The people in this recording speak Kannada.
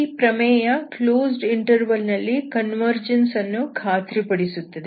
ಈ ಪ್ರಮೇಯ ಕ್ಲೋಸ್ಡ್ ಇಂಟರ್ವಲ್ ನಲ್ಲಿ ಕನ್ವರ್ಜನ್ಸ್ ಅನ್ನು ಖಾತ್ರಿಪಡಿಸುತ್ತದೆ